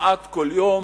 כמעט כל יום.